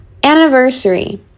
Anniversary